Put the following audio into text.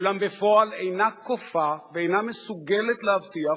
אולם בפועל אינה כופה ואינה מסוגלת להבטיח